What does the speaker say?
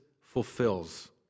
fulfills